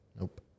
Nope